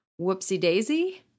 Whoopsie-daisy